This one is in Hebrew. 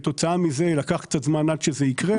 כתוצאה מכך לקח קצת זמן עד שזה יקרה.